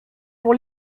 pour